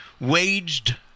waged